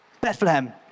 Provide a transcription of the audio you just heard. Bethlehem